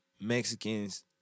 Mexicans